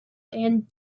and